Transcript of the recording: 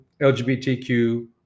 LGBTQ